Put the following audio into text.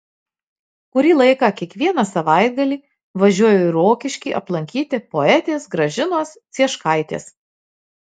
kurį laiką kiekvieną savaitgalį važiuoju į rokiškį aplankyti poetės gražinos cieškaitės